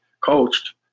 coached